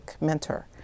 mentor